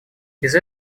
без